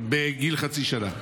בגיל חצי שנה.